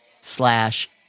slash